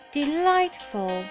delightful